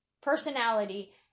personality